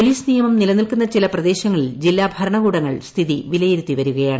police നിയമം നിലനിൽക്കുന്ന ചില പ്രദേശങ്ങളിൽ ജില്ലാ ഭരണകൂടങ്ങൾ സ്ഥിതി വിലയിരുത്തിവരികയാണ്